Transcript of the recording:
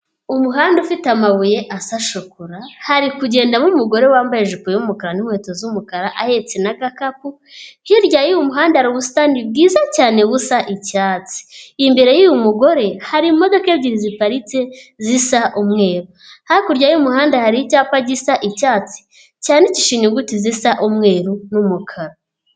Umuhanda ufite amabuye asa shokora. Hari kugendamo umugore wambaye ijipo y'umukara n'inkweto z'umukara ,ahetse n' agakapu. Hirya y'uyu muhanda hari ubusitani bwiza cyane busa icyatsi. Imbere y'uyu mugore hari imodoka ebyiri ziparitse zisa n'umweru. Hakurya y'umuhanda hari icyapa gisa icyatsi ,cyandikishije inyuguti zisa umweru n'umukara.